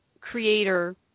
creator